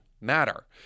matter